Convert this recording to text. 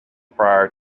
prior